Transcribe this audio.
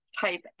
type